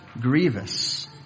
grievous